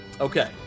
Okay